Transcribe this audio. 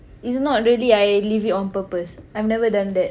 it's not really I leave it on purpose I've never done that